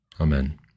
Amen